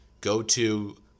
go-to